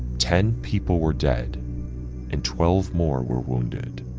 ten people were dead and twelve more were wounded.